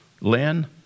Lynn